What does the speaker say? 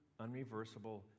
unreversible